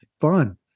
fun